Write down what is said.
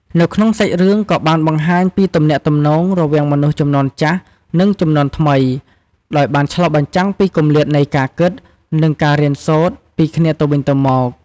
នៅក្នុងសាច់រឿងក៏បានបង្ហាញពីទំនាក់ទំនងរវាងមនុស្សជំនាន់ចាស់ និងជំនាន់ថ្មី ដោយបានឆ្លុះបញ្ចាំងពីគម្លាតនៃការគិត និងការរៀនសូត្រពីគ្នាទៅវិញទៅមក ។